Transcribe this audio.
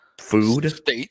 food